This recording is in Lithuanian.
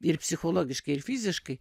ir psichologiškai ir fiziškai